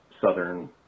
Southern